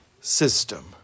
system